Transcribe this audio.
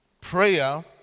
prayer